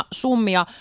summia